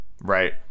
right